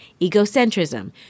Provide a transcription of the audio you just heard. egocentrism